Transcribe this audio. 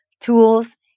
tools